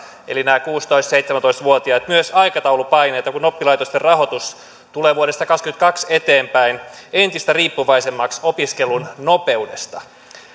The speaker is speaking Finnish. eli näihin kuusitoista viiva seitsemäntoista vuotiaisiin asetetaan nyt paitsi resurssipaineita myös aikataulupaineita kun oppilaitosten rahoitus tulee vuodesta kaksikymmentäkaksi eteenpäin entistä riippuvaisemmaksi opiskelun nopeudesta